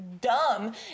dumb